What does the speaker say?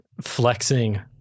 flexing